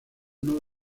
uno